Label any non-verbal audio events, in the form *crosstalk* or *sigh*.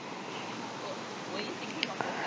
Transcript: *breath*